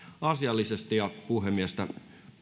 asiallisesti ja puhemiestä